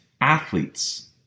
athletes